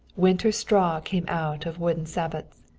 winter straw came out of wooden sabots.